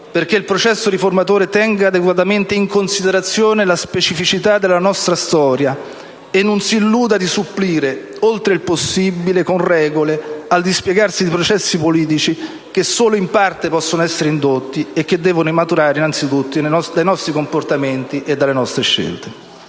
perché il processo riformatore tenga adeguatamente in considerazione la specificità della nostra storia e non si illuda di supplire oltre il possibile, con regole, al dispiegarsi dei processi politici, che solo in parte possono essere indotti e che devono maturare innanzitutto dai nostri comportamenti e dalle nostre scelte.